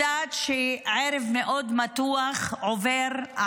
יעמדו על הדוכן הזה כדי להסביר את מדדי העוני שהלכו ותפחו.